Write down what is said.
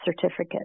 certificate